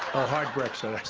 oh, hard brexit,